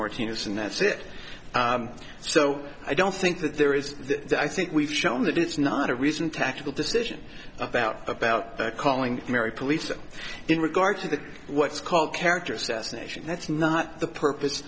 martinez and that's it so i don't think that there is that i think we've shown that it's not a reason tactical decision about about calling mary police in regard to the what's called character assassination that's not the purpose